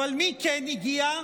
אבל מי כן הגיע?